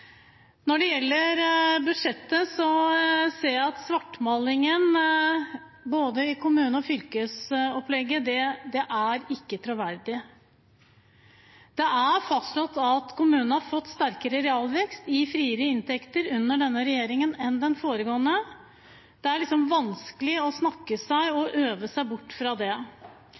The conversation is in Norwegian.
Når det gjelder budsjettet, ser jeg at svartmalingen av både kommune- og fylkesopplegget ikke er troverdig. Det er fastslått at kommunene har fått sterkere realvekst i frie inntekter under denne regjeringen enn under den foregående. Det er vanskelig å snakke seg bort fra det.